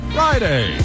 Friday